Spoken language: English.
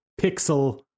pixel